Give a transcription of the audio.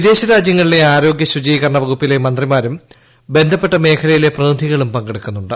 വിദേശരാജ്യങ്ങളിലെ ആരോഗ്യ ശുചീകരണ വകുപ്പിലെ മന്ത്രിമാരും ബന്ധപ്പെട്ട മേഖലയിലെ പ്രതിനിധികളും പങ്കെടുക്കുന്നുണ്ട്